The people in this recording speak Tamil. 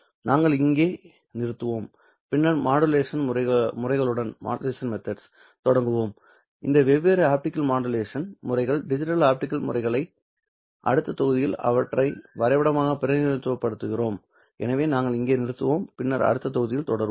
நாங்கள் இங்கே நிறுத்துவோம் பின்னர் மாடுலேஷன் முறைகளுடன் தொடங்குவோம் இந்த வெவ்வேறு ஆப்டிகல் மாடுலேஷன் முறைகள் டிஜிட்டல் ஆப்டிகல் முறைகளை அடுத்த தொகுதியில் அவற்றை வரைபடமாக பிரதிநிதித்துவப்படுத்துகிறோம் எனவே நாங்கள் இங்கே நிறுத்துவோம் பின்னர் அடுத்த தொகுதியில் தொடருவோம்